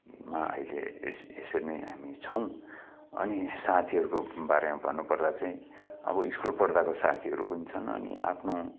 मा अहिले एस यसरी नै हामी छौँ अनि साथीहरूको बारेमा भन्नुपर्दा चाहिँ अब स्कुल पढ्दाको साथीहरू पनि छन् अनि आफ्नो